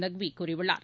நக்வி கூறியுள்ளார்